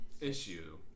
Issue